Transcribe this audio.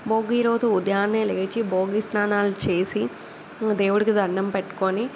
భోగి రోజు ఉదయాన్నే లేచి భోగి స్నానాలు చేసి దేవుడికి దండం పెట్టుకొని